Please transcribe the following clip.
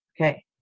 Okay